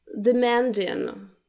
demanding